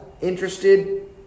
interested